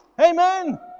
Amen